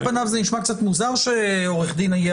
על פניו זה נשמע קצת מוזר שלעורך דין יהיה